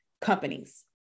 companies